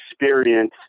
experience